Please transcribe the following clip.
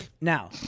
Now